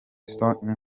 stone